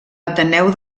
ateneu